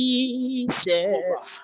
Jesus